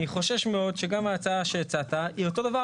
אני חושש מאוד שגם ההצעה שהצעת היא אותו דבר,